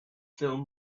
film